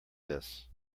this